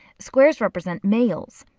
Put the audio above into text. squares represent males.